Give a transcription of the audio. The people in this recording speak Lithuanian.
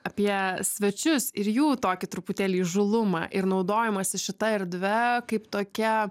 apie svečius ir jų tokį truputėlį įžūlumą ir naudojimąsi šita erdve kaip tokia